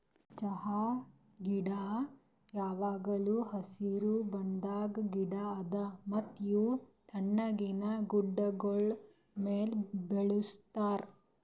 ಚಹಾ ಗಿಡ ಯಾವಾಗ್ಲೂ ಹಸಿರು ಬಣ್ಣದ್ ಗಿಡ ಅದಾ ಮತ್ತ ಇವು ತಣ್ಣಗಿನ ಗುಡ್ಡಾಗೋಳ್ ಮ್ಯಾಲ ಬೆಳುಸ್ತಾರ್